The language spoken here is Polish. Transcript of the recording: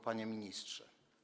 Panie Ministrze!